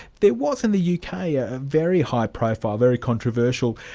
there was in the yeah uk ah a ah very high profile, very controversial,